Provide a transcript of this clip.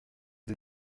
des